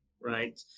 right